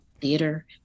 theater